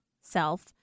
self